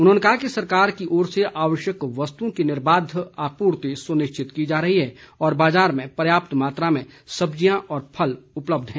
उन्होंने कहा कि सरकार की ओर से आवश्यक वस्तुओं की निर्बाद्व आपूर्ति सुनिश्चित की जा रही है और बाजार में पर्याप्त मात्रा में सब्जियां और फल उपलब्ध हैं